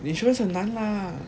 insurance 很难 lah